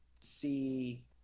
see